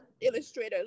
illustrator